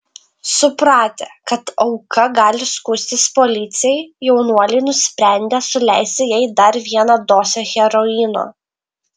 supratę kad auka gali skųstis policijai jaunuoliai nusprendė suleisti jai dar vieną dozę heroino